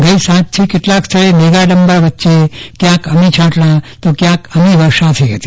ગઈસાંજથી કેટલાક સ્થળે મેઘાડંબર વચ્ચે ક્યાંક અમીછાંટણા તો ક્યાંક અમીવર્ષા થઇ હતી